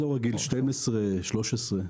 אזור גיל 12, 13,